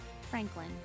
Franklin